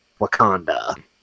Wakanda